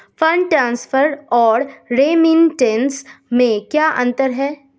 Fund transfer और remittance में क्या अंतर है?